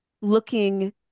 looking